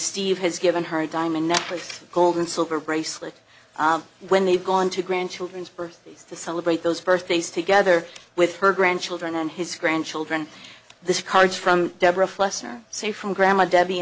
steve has given her a diamond necklace gold and silver bracelet when they've gone to grandchildren's birthdays to celebrate those first days together with her grandchildren and his grandchildren the cards from deborah fluster safe from grandma debbie